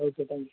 okay thank you